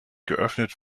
geöffnet